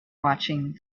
watching